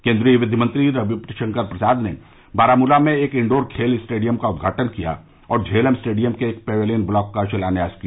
केन्द्रीय विधि मंत्री रविशंकर प्रसाद ने बारामूला में एक इंडोर खेल स्टेडियम का उद्घाटन किया और झेलम स्टेडियम के एक पवेलियन ब्लॉक का शिलान्यास किया